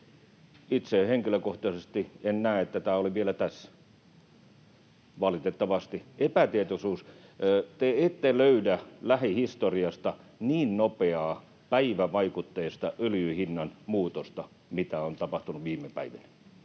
itse en henkilökohtaisesti näe, että tämä oli vielä tässä, valitettavasti. [Mika Niikko: No mitäpä tehdään?] Epätietoisuus — te ette löydä lähihistoriasta niin nopeaa päivävaikutteista öljyn hinnan muutosta kuin mitä on tapahtunut viime päivinä.